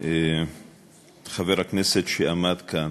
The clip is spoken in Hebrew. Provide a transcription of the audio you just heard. אדוני חבר הכנסת שעמד כאן,